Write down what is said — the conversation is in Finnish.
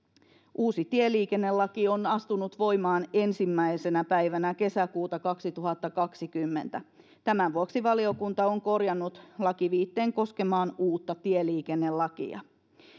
uusi tieliikennelaki on astunut voimaan ensimmäisenä päivänä kesäkuuta kaksituhattakaksikymmentä tämän vuoksi valiokunta on korjannut lakiviitteen koskemaan uutta tieliikennelakia